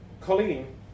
Colleen